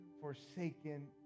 forsaken